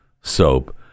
soap